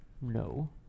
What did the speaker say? No